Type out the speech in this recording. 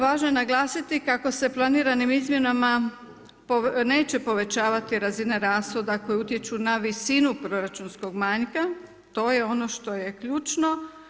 Važno je naglasiti kako se planiranim izmjenama neće povećavati razina rashoda koje utječu na visinu proračunskog manjka, to je ono što je ključno.